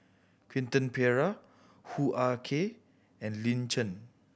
Quentin Pereira Hoo Ah Kay and Lin Chen